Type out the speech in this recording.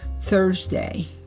Thursday